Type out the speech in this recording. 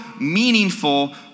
meaningful